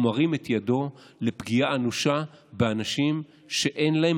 מרים את ידו לפגיעה אנושה באנשים שאין להם